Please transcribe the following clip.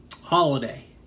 holiday